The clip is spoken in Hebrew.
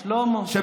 שלמה.